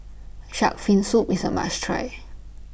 Shark's Fin Soup IS A must Try